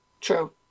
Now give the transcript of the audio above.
True